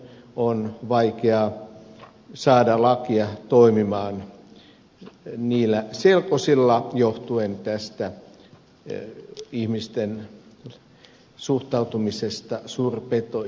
on vaikea saada lakia toimimaan niillä selkosilla johtuen ihmisten suhtautumisesta suurpetoihin